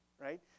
right